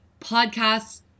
podcasts